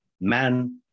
man